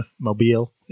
Mobile